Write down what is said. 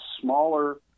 smaller